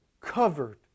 covered